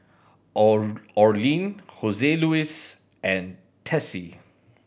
Orlin Joseluis and Tessie